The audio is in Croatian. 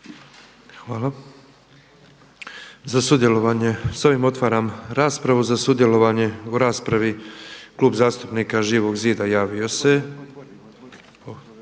Hvala. Za sudjelovanje sa ovim otvaram raspravu. Za sudjelovanje u raspravi Klub zastupnika Živog zida javio se.